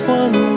one